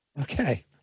Okay